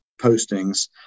postings